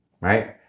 right